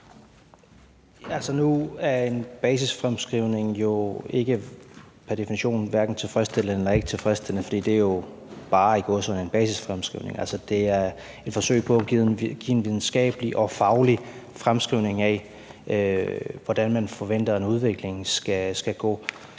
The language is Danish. Nu er en basisfremskrivning jo pr. definition hverken tilfredsstillende eller ikketilfredsstillende, for det er jo – i gåseøjne – bare en basisfremskrivning, altså et forsøg på at give en videnskabelig og faglig fremskrivning af, hvordan man forventer en udvikling vil